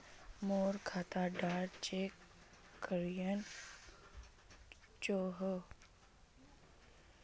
मोर खाता डा चेक क्यानी होचए?